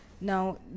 Now